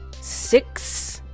six